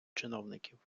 чиновників